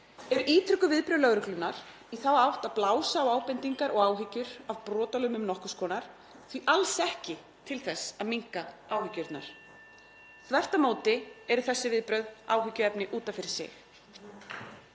eru ítrekuð viðbrögð lögreglunnar í þá átt að blása á ábendingar og áhyggjur af brotalömum nokkurs konar því alls ekki til þess að minnka áhyggjurnar. (Forseti hringir.) Þvert á móti eru þessi viðbrögð áhyggjuefni út af fyrir sig.